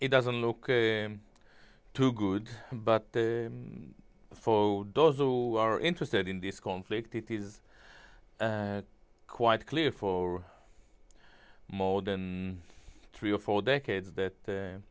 it doesn't look too good but for those who are interested in this conflict it is quite clear for more than three or four decades that